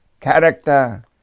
character